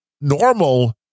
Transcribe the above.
normal